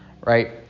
right